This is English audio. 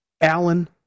Allen